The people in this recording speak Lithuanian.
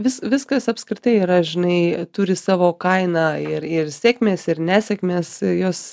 vis viskas apskritai yra žinai turi savo kainą ir ir sėkmės ir nesėkmės jos